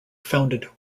founded